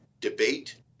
debate